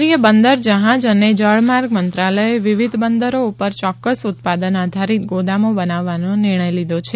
કેન્દ્રીય બંદર જહાજ અને જળમાર્ગ મંત્રાલયે વિવિધ બંદરો પર ચોકકસ ઉત્પાદન આધારીત ગોદામો બનાવવાનો નિર્ણય લીધો છે